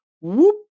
whoop